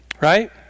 Right